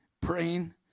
praying